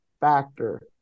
factor